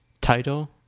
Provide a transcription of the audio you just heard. Title